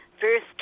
First